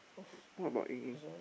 what about Ying Ying